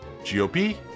gop